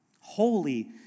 holy